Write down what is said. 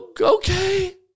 Okay